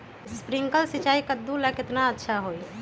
Sprinkler सिंचाई कददु ला केतना अच्छा होई?